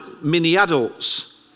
mini-adults